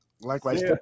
Likewise